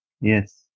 Yes